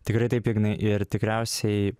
tikrai taip ignai ir tikriausiai